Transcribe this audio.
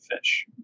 fish